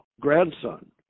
grandson